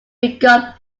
begun